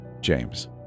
James